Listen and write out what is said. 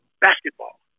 basketball